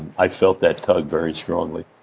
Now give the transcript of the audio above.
i felt that tug very strongly.